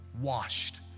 washed